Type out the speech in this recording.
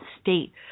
state